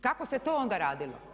Kako se to onda radilo?